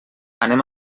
anem